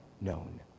known